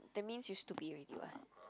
that means you stupid already [what]